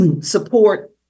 support